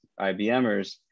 IBMers